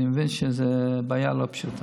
אני מבין שזו בעיה לא פשוטה.